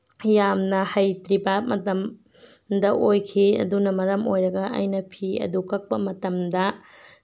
ꯌꯥꯝꯅ ꯍꯩꯇ꯭ꯔꯤꯕ ꯃꯇꯝ ꯗ ꯑꯣꯏꯈꯤ ꯑꯗꯨꯅ ꯃꯔꯝ ꯑꯣꯏꯔꯒ ꯑꯩꯅ ꯐꯤ ꯑꯗꯨ ꯀꯛꯄ ꯃꯇꯝꯗ